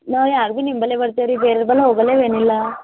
ನಾವು ಯಾವಾಗ್ಲು ನಿಮ್ಮಲ್ಲೆ ಬರ್ತೀವಿ ರೀ ಬೇರೆರ್ ಬಲ್ ಹೋಗಲ್ಲ ಏನಿಲ್ಲ